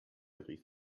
rief